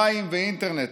מים ואינטרנט?